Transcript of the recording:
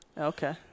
Okay